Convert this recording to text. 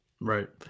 Right